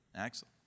Excellent